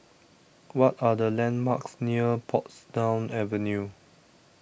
what are the landmarks near Portsdown Avenue